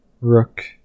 Rook